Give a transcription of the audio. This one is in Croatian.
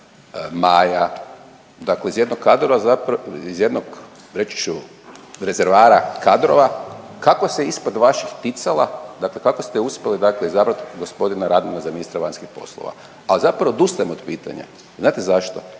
Maja, dakle iz jednog kadrova, zapravo, iz jednog, reći ću, rezervara kadrova, kako se ispod vaših ticala, dakle kako ste uspjeli dakle izabrati gospodina Radmana za ministra vanjskih poslova, a zapravo odustajem od pitanja. Znate zašto?